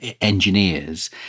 engineers